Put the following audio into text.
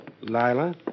Lila